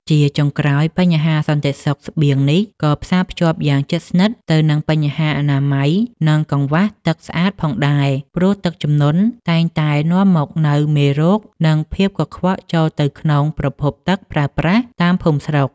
ជាចុងក្រោយ បញ្ហាសន្តិសុខស្បៀងនេះក៏ផ្សារភ្ជាប់យ៉ាងជិតស្និទ្ធទៅនឹងបញ្ហាអនាម័យ និងកង្វះទឹកស្អាតផងដែរ ព្រោះទឹកជំនន់តែងតែនាំមកនូវមេរោគ និងភាពកខ្វក់ចូលទៅក្នុងប្រភពទឹកប្រើប្រាស់តាមភូមិស្រុក។